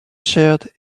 shared